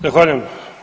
Zahvaljujem.